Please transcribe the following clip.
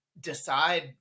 decide